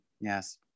yes